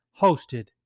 hosted